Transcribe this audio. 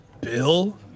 Bill